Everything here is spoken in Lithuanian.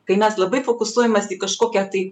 kai mes labai fokusuojamės į kažkokią tai